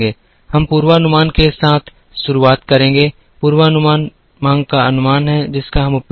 हम पूर्वानुमान के साथ शुरुआत करेंगे पूर्वानुमान मांग का अनुमान है जिसका हम उपयोग करेंगे